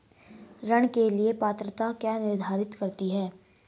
ऋण के लिए पात्रता क्या निर्धारित करती है?